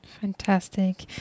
fantastic